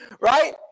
right